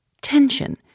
tension